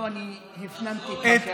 לא, אני הפנמתי את מה שאמרת.